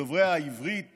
אבי דיכטר (הליכוד):